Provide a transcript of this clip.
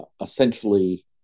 essentially